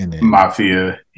Mafia